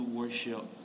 worship